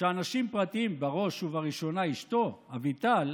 שאנשים פרטיים, בראש ובראשונה אשתו אביטל,